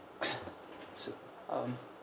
so um